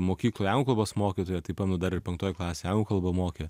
mokykloj anglų kalbos mokytoja tai pamenu dar ir penktoj klasėj anglų kalbą mokė